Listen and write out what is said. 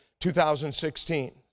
2016